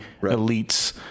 elites